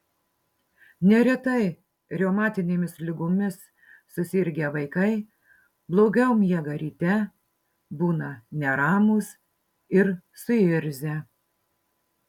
neretai reumatinėmis ligomis susirgę vaikai blogiau miega ryte būna neramūs ir suirzę